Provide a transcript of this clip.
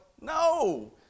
No